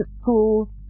school